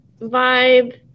vibe